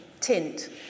tint